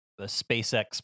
spacex